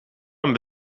hem